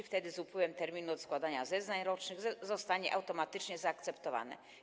Wtedy z upływem terminu składania zeznań rocznych zostaną one automatycznie zaakceptowane.